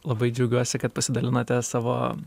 labai džiaugiuosi kad pasidalinote savo